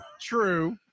True